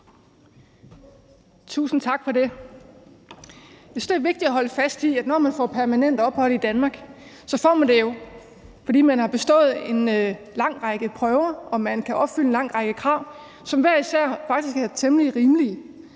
Tusind tak for det. Jeg synes, det er vigtigt at holde fast i, at når man får permanent ophold i Danmark, får man det jo, fordi man har bestået en lang række prøver og man kan opfylde en lang række krav, som faktisk hver især er temmelig rimelige.